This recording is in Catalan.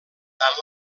tant